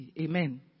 Amen